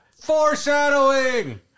Foreshadowing